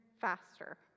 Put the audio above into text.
faster